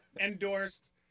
endorsed